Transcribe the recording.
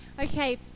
Okay